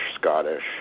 Scottish